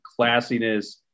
classiness